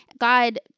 God